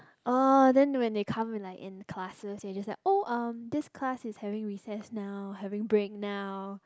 uh then when they come in like in classes then you just like oh this class is having recess now having break now